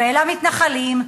ואלה המתנחלים,